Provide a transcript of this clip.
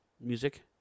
music